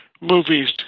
movies